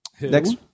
Next